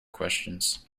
questions